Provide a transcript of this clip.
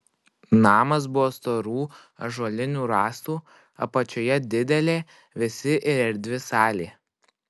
namas buvo storų ąžuolinių rąstų apačioje didelė vėsi ir erdvi salė